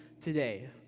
today